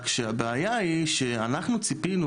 הבעיה היא שאנחנו ציפינו,